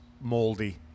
moldy